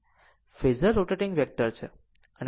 phasor rotating vector છે